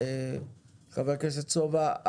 חבר הכנסת סובה,